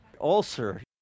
ulcer